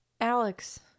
Alex